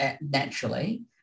naturally